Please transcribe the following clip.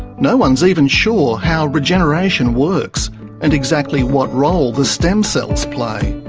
no one's even sure how regeneration works and exactly what role the stem cells play.